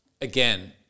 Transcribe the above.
Again